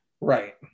right